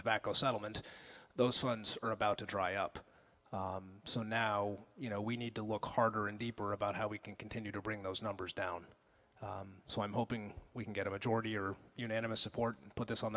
tobacco settlement those funds are about to dry up so now you know we need to look harder and deeper about how we can continue to bring those numbers down so i'm hoping we can get a majority or unanimous support and put this on